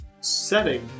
setting